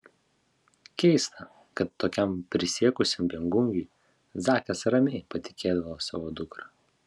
keista kad tokiam prisiekusiam viengungiui zakas ramiai patikėdavo savo dukrą